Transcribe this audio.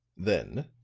then,